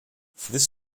this